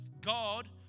God